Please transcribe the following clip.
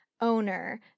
owner